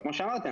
וכמו שאמרתי,